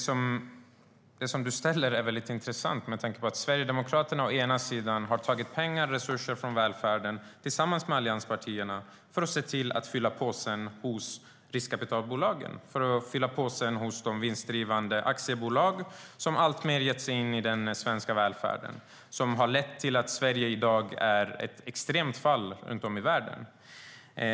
Frågan som du ställer är väldigt intressant med tanke på att Sverigedemokraterna tillsammans med allianspartierna har tagit pengar och resurser från välfärden för att se till att de hamnar hos riskkapitalbolagen, för att fylla påsen hos de vinstdrivande aktiebolagen som allt fler har gett sig in i den svenska välfärden. Det har lett till att Sverige i dag är ett extremt land i världen.